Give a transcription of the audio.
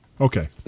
okay